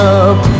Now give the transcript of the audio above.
up